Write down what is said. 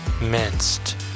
minced